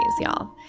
y'all